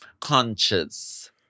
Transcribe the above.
Conscious